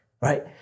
right